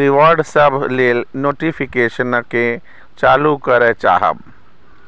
reward सभ लेल नोटिफिकेशनकेँ चालू करऽ चाहब